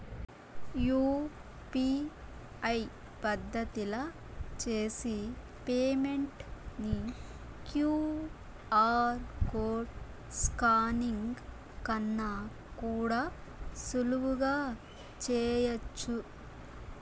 UPI పద్దతిల చేసి payment ని క్యూ.ఆర్ కోడ్ స్కానింగ్ కన్నా కూడా సులువుగా చేయచ్చు